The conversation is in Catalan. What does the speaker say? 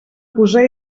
posar